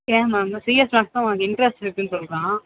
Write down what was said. ஏன் ma'am CS maths தான் அவனுக்கு இன்ட்ரெஸ்ட் இருக்குதுன்னு சொல்கிறான்